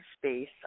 space